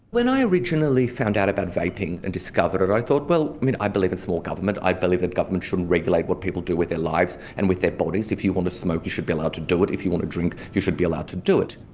when i originally found out about vaping and discovered it, i thought, well i mean i believe in small government, i believe that government shouldn't regulate what people do with their lives and with their bodies. if you want to smoke, you should be allowed to do it. if you want to drink, you should be allowed to do it.